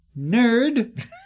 nerd